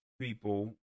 people